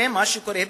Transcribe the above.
זה מה שקורה בדיוק.